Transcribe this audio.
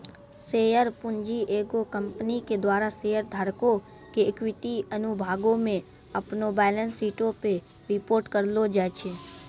share पूंजी एगो company के द्वारा शेयर धारको के इक्विटी अनुभागो मे अपनो बैलेंस शीटो पे रिपोर्ट करलो जाय छै